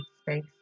space